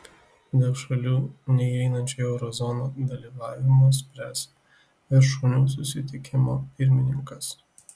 dėl šalių neįeinančių į euro zoną dalyvavimo spręs viršūnių susitikimo pirmininkas